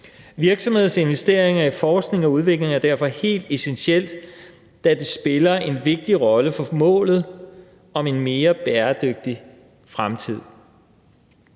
Virksomheders investeringer i forskning og udvikling er derfor helt essentielle, da det spiller en vigtig rolle for målet om en mere bæredygtig fremtid.